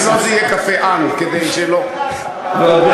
יש על זה